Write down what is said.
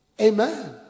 Amen